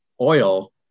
oil